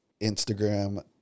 Instagram